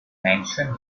mention